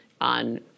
on